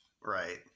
Right